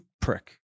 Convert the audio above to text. prick